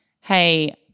hey